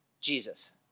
Jesus